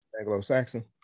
Anglo-Saxon